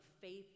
faith